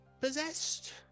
possessed